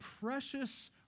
precious